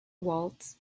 waltz